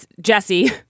Jesse